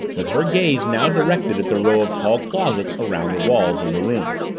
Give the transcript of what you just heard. with her gaze now directed at the row of tall closets around the walls of the room.